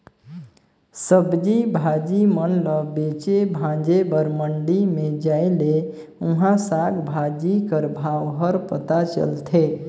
सब्जी भाजी मन ल बेचे भांजे बर मंडी में जाए ले उहां साग भाजी कर भाव हर पता चलथे